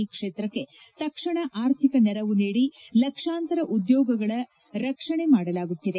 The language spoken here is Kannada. ಇ ಕ್ಷೇತ್ರಕ್ಕೆ ತಕ್ಷಣಕ್ಕೆ ಆರ್ಥಿಕ ನೆರವು ನೀಡಿ ಲಕ್ಷಾಂತರ ಉದ್ಯೋಗಗಳ ರಕ್ಷಣೆ ಮಾಡಲಾಗುತ್ತಿದೆ